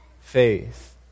faith